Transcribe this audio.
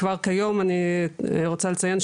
כבר כיום אני רוצה לציין,